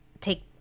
take